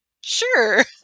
sure